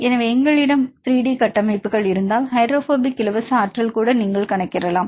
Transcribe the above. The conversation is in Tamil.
எனவே எங்களிடம் 3D கட்டமைப்புகள் இருந்தால் ஹைட்ரோபோபிக் இலவச ஆற்றல் கூட நீங்கள் கணக்கிடலாம்